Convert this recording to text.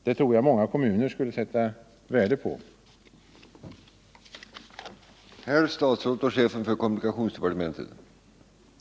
Det tror jag många kommuner skulle sätta värde på.